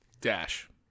Dash